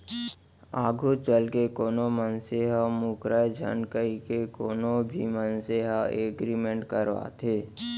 आघू चलके कोनो मनसे ह मूकरय झन कहिके कोनो भी मनसे ह एग्रीमेंट करवाथे